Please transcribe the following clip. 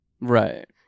right